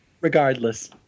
Regardless